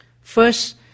First